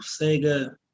Sega